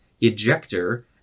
ejector